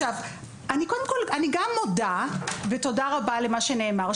אני גם מודה, ותודה רבה למה שנאמר.